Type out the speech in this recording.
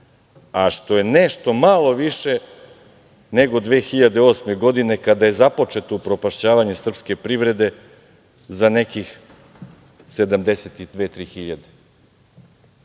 a što je nešto malo više nego 2008. godine kada je započeto upropašćavanje srpske privrede, za nekih sedamdeset